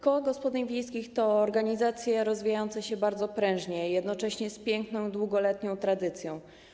Koło gospodyń wiejskich to organizacja rozwijająca się bardzo prężnie, jednocześnie z piękną długoletnią tradycją.